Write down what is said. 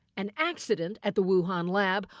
an accident at the wuhan lab,